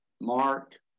Mark